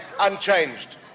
unchanged